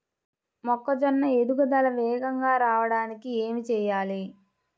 మొక్కజోన్న ఎదుగుదల వేగంగా రావడానికి ఏమి చెయ్యాలి?